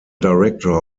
director